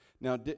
Now